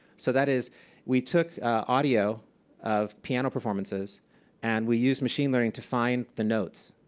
so that is we took audio of piano performances and we used machine learning to find the notes,